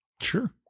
Sure